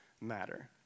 matter